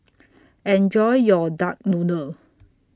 Enjoy your Duck Noodle